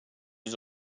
his